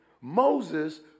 Moses